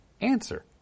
answer